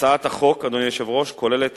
הצעת החוק, אדוני היושב-ראש, כוללת